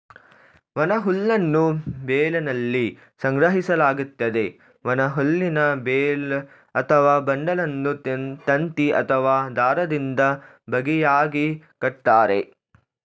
ಒಣಹುಲ್ಲನ್ನು ಬೇಲ್ನಲ್ಲಿ ಸಂಗ್ರಹಿಸಲಾಗ್ತದೆ, ಒಣಹುಲ್ಲಿನ ಬೇಲ್ ಅಥವಾ ಬಂಡಲನ್ನು ತಂತಿ ಅಥವಾ ದಾರದಿಂದ ಬಿಗಿಯಾಗಿ ಕಟ್ತರೆ